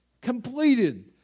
completed